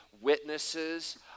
witnesses